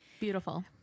beautiful